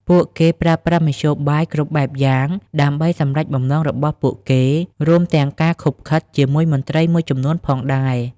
ពួកគេប្រើប្រាស់មធ្យោបាយគ្រប់បែបយ៉ាងដើម្បីសម្រេចបំណងរបស់ពួកគេ រួមទាំងការឃុបឃិតជាមួយមន្ត្រីមួយចំនួនផងដែរ។